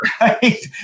Right